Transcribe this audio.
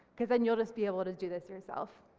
because then you'll just be able to do this yourself.